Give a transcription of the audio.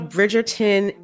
Bridgerton